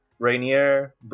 Rainier